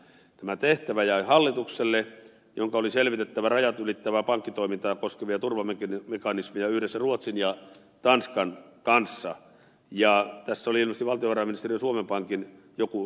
tämä tehtävä jäi hallitukselle jonka oli selvitettävä rajat ylittävää pankkitoimintaa koskevia turvamekanismeja yhdessä ruotsin ja tanskan kanssa ja tässä oli ilmeisesti joku valtiovarainministeriön ja suomen pankin selvitystyöryhmä